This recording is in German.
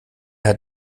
hat